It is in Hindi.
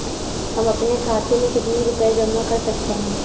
हम अपने खाते में कितनी रूपए जमा कर सकते हैं?